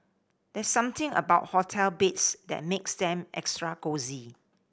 there's something about hotel beds that makes them extra cosy